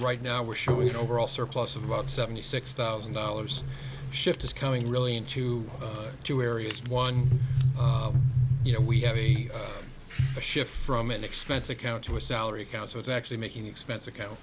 right now we're showing you know overall surplus of about seventy six thousand dollars shift is coming really into two areas one you know we have a shift from an expense account to a salary count so it's actually making expense account